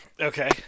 Okay